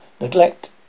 neglect